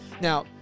Now